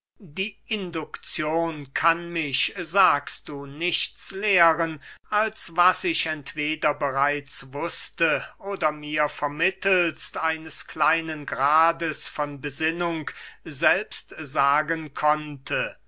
die indukzion kann mich sagst du nichts lehren als was ich entweder bereits wußte oder mir vermittelst eines kleinen grades von besinnung selbst sagen konnte